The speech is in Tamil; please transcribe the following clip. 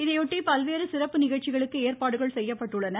இதையொட்டி பல்வேறு சிறப்பு நிகழ்ச்சிகளுக்கு ஏற்பாடுகள் செய்யப்பட்டுள்ளன